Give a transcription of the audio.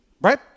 Right